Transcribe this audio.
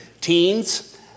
teens